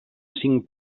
cinc